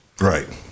Right